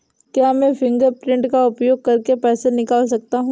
क्या मैं फ़िंगरप्रिंट का उपयोग करके पैसे निकाल सकता हूँ?